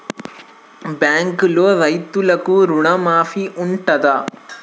బ్యాంకులో రైతులకు రుణమాఫీ ఉంటదా?